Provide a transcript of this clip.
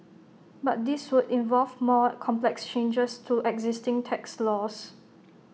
but this would involve more complex changes to existing tax laws